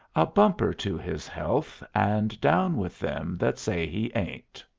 a bumper to his health, and down with them that say he ain't!